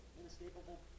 inescapable